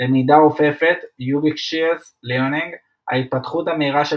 למידה אופפת – ubiquitous learning - ההתפתחות המהירה של